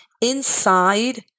inside